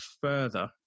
further